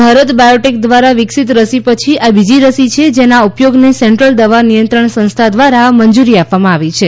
Bharat biotech દ્વારા વિકસિત રસી પછી આ બીજી રસી છે જેના ઉપયોગને સેન્ટ્રલ દવા નિયંત્રણ સંસ્થા દ્વારા મંજૂરી આપવામાં આવી છે